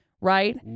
Right